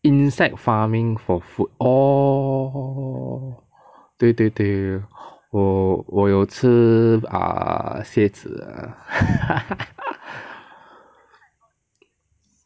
insect farming for food orh 对对对我要吃蝎子